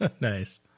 Nice